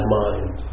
mind